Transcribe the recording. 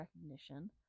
recognition